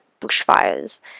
bushfires